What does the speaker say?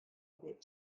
bit